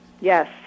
Yes